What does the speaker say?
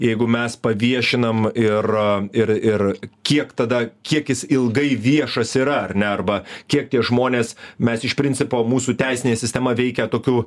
jeigu mes paviešinam ir ir ir kiek tada kiek jis ilgai viešas yra ar ne arba kiek tie žmonės mes iš principo mūsų teisinė sistema veikia tokiu